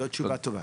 זו תשובה טובה.